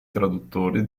traduttori